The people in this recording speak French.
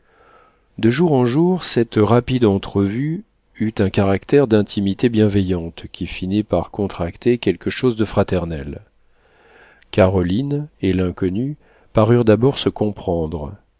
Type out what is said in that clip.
de jour en jour cette rapide entrevue eut un caractère d'intimité bienveillante qui finit par contracter quelque chose de fraternel caroline et l'inconnu parurent d'abord se comprendre